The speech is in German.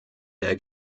der